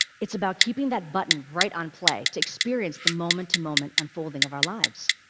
it's about keeping that button right on play to experience the moment-to-moment unfolding of our lives.